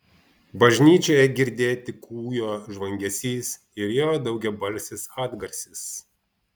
bažnyčioje girdėt tik kūjo žvangesys ir jo daugiabalsis atgarsis